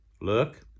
Look